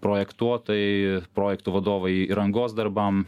projektuotojai projektų vadovai rangos darbam